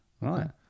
right